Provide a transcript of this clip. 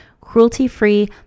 cruelty-free